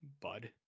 Bud